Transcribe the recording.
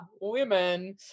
Women